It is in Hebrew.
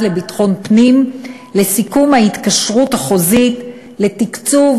לביטחון פנים לסיכום ההתקשרות החוזית לתקצוב